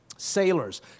Sailors